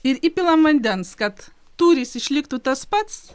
ir įpilam vandens kad tūris išliktų tas pats